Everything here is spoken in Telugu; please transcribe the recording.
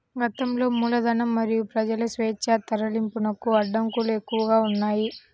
గతంలో మూలధనం మరియు ప్రజల స్వేచ్ఛా తరలింపునకు అడ్డంకులు ఎక్కువగా ఉన్నాయి